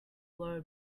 low